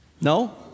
No